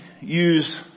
use